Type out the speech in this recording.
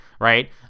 right